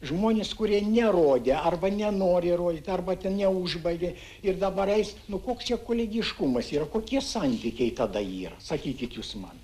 žmonės kurie nerodė arba nenori rodyti arba ten neužbaigė ir dabar eis nu koks čia kolegiškumas yra kokie santykiai tada yra sakykit jūs man